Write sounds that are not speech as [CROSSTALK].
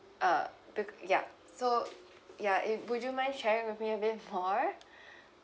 uh be~ yeah so ya if would you mind sharing with me a bit more [BREATH]